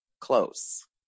close